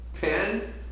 pen